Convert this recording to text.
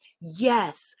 Yes